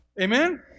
Amen